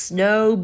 ？Snow